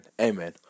amen